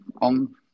on